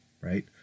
right